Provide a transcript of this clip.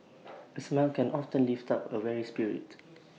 A smile can often lift up A weary spirit